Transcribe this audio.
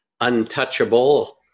untouchable